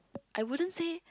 I wouldn't say